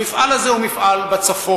המפעל הזה הוא מפעל בצפון,